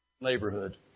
neighborhood